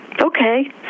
Okay